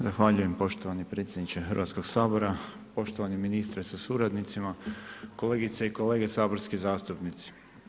Zahvaljujem poštovani predsjedniče Hrvatskoga sabora, poštovani ministre sa suradnicima, kolegice i kolege saborski zastupnici.